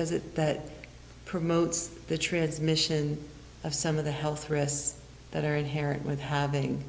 does it that promotes the transmission of some of the health risks that are inherent with having